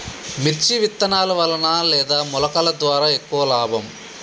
మిర్చి విత్తనాల వలన లేదా మొలకల ద్వారా ఎక్కువ లాభం?